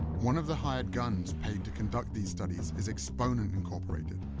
one of the hired guns paid to conduct these studies is exponent incorporated,